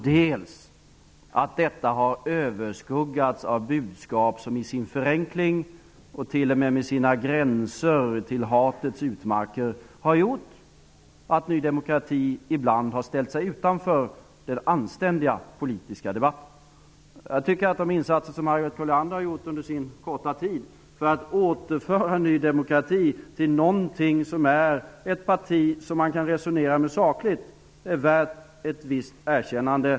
Detta har dessutom överskuggats av förenklade budskap -- som t.o.m. har gränsat till hatets utmarker. Det här har gjort att Ny demokrati ibland har ställt sig utanför den anständiga politiska debatten. De insatser som Harriet Colliander har gjort under sin korta tid för att återföra Ny demokrati till att vara ett parti som man sakligt kan resonera med är värt ett visst erkännande.